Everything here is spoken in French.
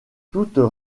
toutes